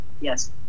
Yes